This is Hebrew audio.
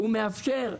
הוא מאפשר.